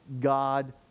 god